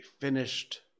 finished